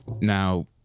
Now